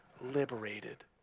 liberated